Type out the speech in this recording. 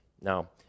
now